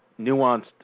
nuanced